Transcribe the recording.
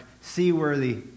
seaworthy